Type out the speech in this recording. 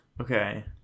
Okay